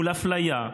מול אפליה,